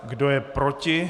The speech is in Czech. Kdo je proti?